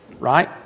right